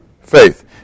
faith